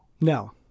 No